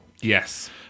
Yes